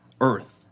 Earth